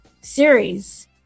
series